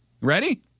Ready